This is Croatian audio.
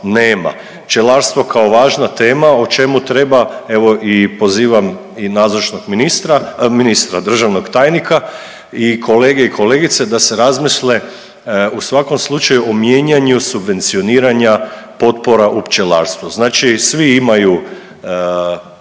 Pčelarstvo kao važna tema o čemu treba, evo pozivam i nazočnog ministra, ministra državnog tajnika i kolege i kolegice da se razmisle u svakom slučaju o mijenjanju subvencioniranja potpora u pčelarstvu. Znači svi imaju,